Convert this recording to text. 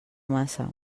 massa